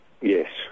Yes